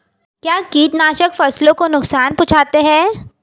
क्या कीटनाशक फसलों को नुकसान पहुँचाते हैं?